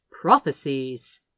prophecies